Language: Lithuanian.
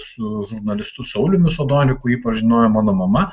su žurnalistu sauliumi sadoniu kurį pažinojo mano mama